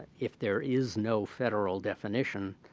if there is no federal definition,